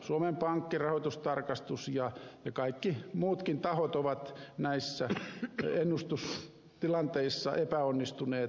suomen pankki rahoitustarkastus ja kaikki muutkin tahot ovat näissä ennustustilanteissa epäonnistuneet varsin pahoin